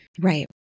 Right